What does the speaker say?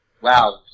Wow